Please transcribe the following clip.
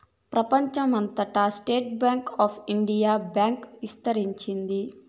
ప్రెపంచం అంతటా state bank of India bank ఇస్తరించింది